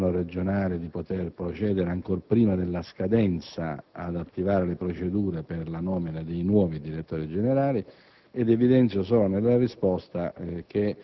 Nulla impediva al Governo regionale di poter procedere ancor prima della scadenza ad attivare le procedure per la nomina dei nuovi direttori generali.